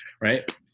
Right